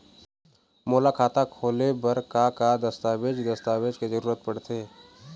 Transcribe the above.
मोला खाता खोले बर का का दस्तावेज दस्तावेज के जरूरत पढ़ते?